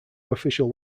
official